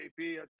JP